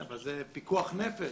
אבל זה פיקוח נפש.